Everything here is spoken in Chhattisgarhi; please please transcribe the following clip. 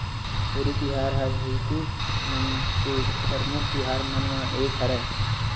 होरी तिहार ह हिदू मन के परमुख तिहार मन म एक हरय